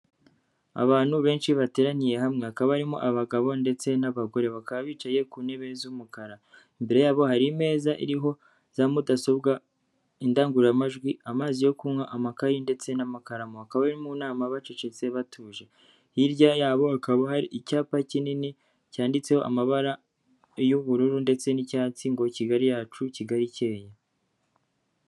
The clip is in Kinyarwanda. Abantu benshi bateraniye hamwe. Hakaba harimomo abagabo ndetse n'abagore. Bakaba bicaye ku ntebe z'umukara. Imbere yabo hari imeza ariho za mudasobwa, indangururamajwi, amazi yo kunywa, amakayi, ndetse n'amakaramu. Bakaba bari mu nama bacecetse batuje. Hirya yabo hakaba hari icyapa kinini cyanditseho amabara y'ubururu ndetse n'icyatsi ngo Kigali yacu, Kigali ikeye.